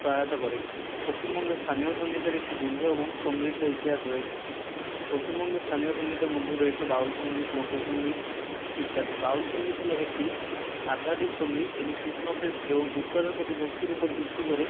সহায়তা করে পশ্চিমবঙ্গের স্থানীয় সঙ্গীতের একটি দীর্ঘ এবং সমৃদ্ধ ইতিহাস রয়েছে পশ্চিমবঙ্গের স্থানীয় সঙ্গীতের মধ্যে রয়েছে বাউল সঙ্গীত লোক সঙ্গীত ইত্যাদি বাউল সঙ্গীত হলো একটি আধ্যাত্মিক সঙ্গীত এটি কৃষ্ণ প্রেম এবং ঈশ্বরের প্রতি ভক্তির উপর ভিত্তি করে